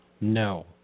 No